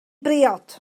briod